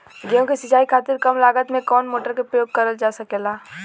गेहूँ के सिचाई खातीर कम लागत मे कवन मोटर के प्रयोग करल जा सकेला?